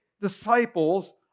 disciples